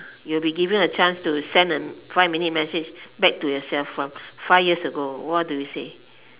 you will be given a chance to send a five minute message back to yourself from five years ago what do you say